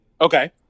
Okay